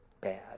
bad